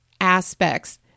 aspects